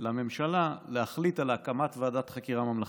לממשלה להחליט על הקמת ועדת חקירה ממלכתית.